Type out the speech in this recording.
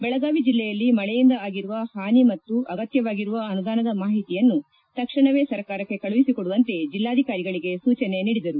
ಬೆಳಗಾವಿ ಜಿಲ್ಲೆಯಲ್ಲಿ ಮಳೆಯಿಂದ ಆಗಿರುವ ಹಾನಿ ಮತ್ತು ಅಗತ್ಯವಾಗಿರುವ ಅನುದಾನದ ಮಾಹಿತಿಯನ್ನು ತಕ್ಷಣವೇ ಸರ್ಕಾರಕ್ಕೆ ಕಳುಹಿಸಿಕೊಡುವಂತೆ ಜಿಲ್ಲಾಧಿಕಾರಿಗಳಿಗೆ ಸೂಚನೆ ನೀಡಿದರು